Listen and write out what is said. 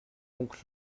donc